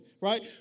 right